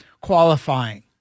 qualifying